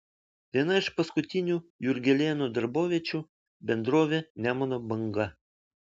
viena iš paskutinių jurgelėno darboviečių bendrovė nemuno banga